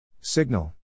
Signal